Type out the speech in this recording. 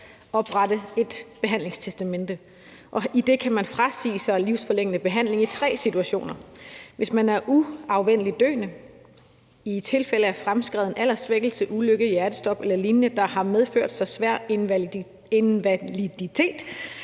oprette et behandlingstestamente. I det kan man frasige sig livsforlængende behandling i tre situationer: hvis man er uafvendeligt døende, i tilfælde af fremskreden alderssvækkelse, ulykke, hjertestop eller lignende, der har medført så svær invaliditet,